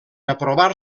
aprovar